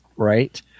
Right